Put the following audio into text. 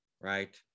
right